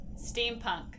Steampunk